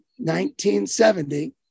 1970